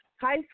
high